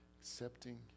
accepting